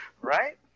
Right